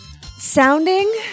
sounding